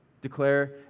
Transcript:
Declare